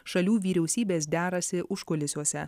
šalių vyriausybės derasi užkulisiuose